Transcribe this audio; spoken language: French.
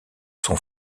sont